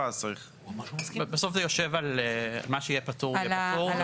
אז צריך --- בסוף זה יושב על מה שיהיה פטור --- ומה